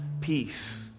peace